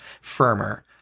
firmer